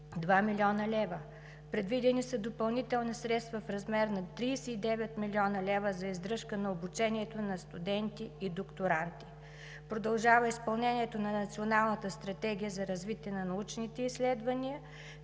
2 млн. лв. Предвидени са допълнителни средства в размер на 39 млн. лв. за издръжка на обучението на студенти и докторанти. Продължава изпълнението на Националната стратегия за развитие на научните изследвания,